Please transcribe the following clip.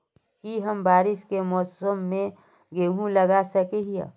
की हम बारिश के मौसम में गेंहू लगा सके हिए?